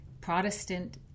Protestant